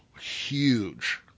Huge